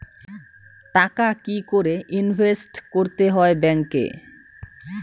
টাকা কি করে ইনভেস্ট করতে হয় ব্যাংক এ?